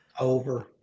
Over